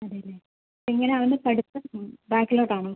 അതെ അല്ലേ എങ്ങനെയാണ് അവന് പഠിത്തം ബാക്കിലോട്ട് ആണോ